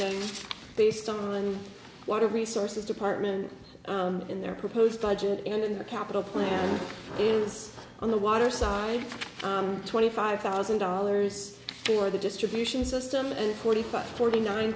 fund based on water resources department in their proposed budget and in the capital plan is on the water side twenty five thousand dollars for the distribution system and forty five forty nine